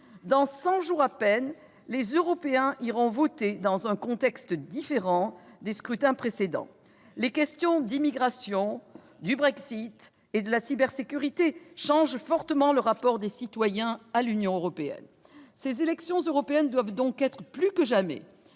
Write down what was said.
Dans cent jours à peine, les Européens iront voter dans un contexte différent des scrutins précédents. Les questions d'immigration, du Brexit et de cybersécurité changent fortement le rapport des citoyens à l'Union européenne. Ces élections européennes doivent donc être, plus que jamais,